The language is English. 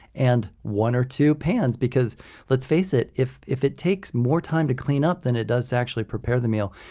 and one or two pans. because let's face it, if if it takes more time to clean up than it does to actually prepare the meal,